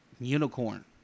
Unicorn